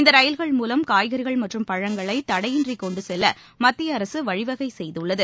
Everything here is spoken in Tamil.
இந்த ரயில்கள் மூலம் காய்கறிகள் மற்றும் பழங்களை தடையின்றி கொண்டுசெல்ல மத்திய அரசு வழிவகை செய்துள்ளது